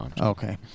Okay